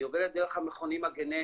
היא עובדת דרך המכונים הגנטיים